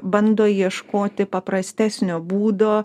bando ieškoti paprastesnio būdo